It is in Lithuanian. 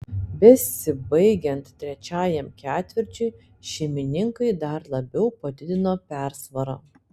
besibaigiant trečiajam ketvirčiui šeimininkai dar labiau padidino persvarą